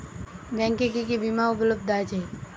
ব্যাংকে কি কি বিমা উপলব্ধ আছে?